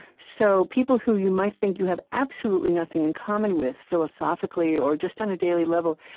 so people who you might think you have absolutely nothing in common with philosophically or just on a daily level,